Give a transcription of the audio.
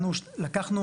לקחנו